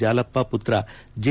ಜಾಲಪ್ಪ ಪುತ್ರ ಜೆ